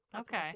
Okay